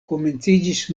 komenciĝis